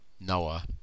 Noah